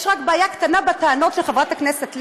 יש רק בעיה קטנה בטענות של חברת הכנסת לוי,